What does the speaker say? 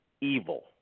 evil